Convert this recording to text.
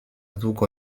długo